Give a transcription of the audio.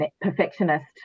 perfectionist